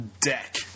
Deck